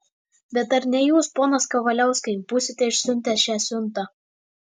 bet ar ne jūs ponas kavaliauskai būsite išsiuntę šią siuntą